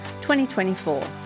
2024